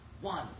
one